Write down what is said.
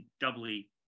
doubly